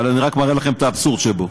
אבל אני רק מראה לכם את האבסורד שבו.